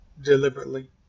deliberately